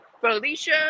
Felicia